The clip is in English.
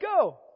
go